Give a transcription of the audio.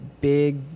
big